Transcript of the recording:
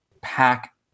pack